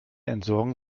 entsorgen